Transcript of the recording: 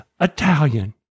Italian